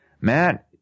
Matt